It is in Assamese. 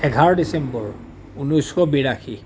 এঘাৰ ডিচেম্বৰ ঊনৈছশ বিৰাশী